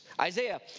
Isaiah